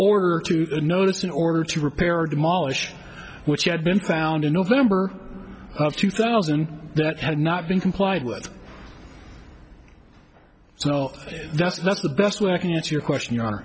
order to the notice in order to repair or demolish which had been found in november of two thousand that had not been complied with so that's that's the best way i can answer your question you